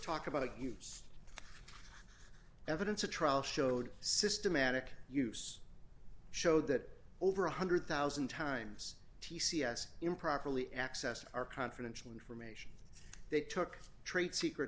talk about a use evidence a trial showed systematic use showed that over one hundred thousand times t c s improperly accessed our confidential information they took trade secret